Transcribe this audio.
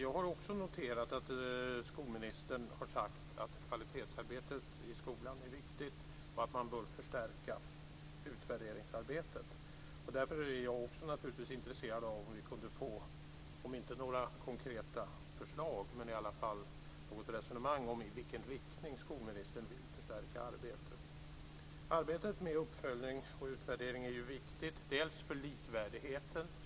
Jag har också noterat att skolministern har sagt att kvalitetsarbetet i skolan är viktigt och att man bör förstärka utvärderingsarbetet. Därför är jag naturligtvis också intresserad av om vi kunde få om inte konkreta förslag så något resonemang om i vilken riktning skolministern vill förstärka arbetet. Arbetet med uppföljning och utvärdering är viktigt bl.a. för likvärdigheten.